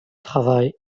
travail